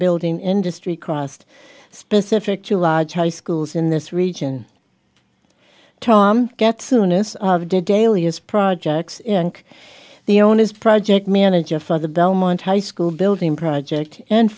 building industry crossed specific to large high schools in this region tom get soonest did daily is projects and the owners project manager for the belmont high school building project and